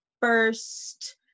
first